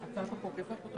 הישיבה ננעלה בשעה 15:00.